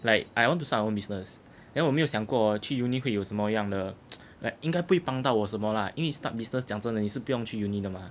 like I want to start my own business then 我没有想过去 uni 会有什么样的 like 应该不会帮到我什么啦因为 start business 讲真的你是不用去 uni 的嘛